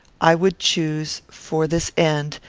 i would choose for this end,